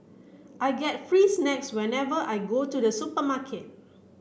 I get free snacks whenever I go to the supermarket